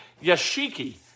Yashiki